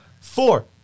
Four